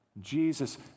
Jesus